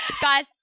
Guys